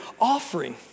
offering